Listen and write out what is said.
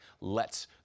lets